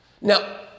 Now